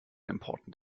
important